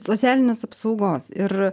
socialinės apsaugos ir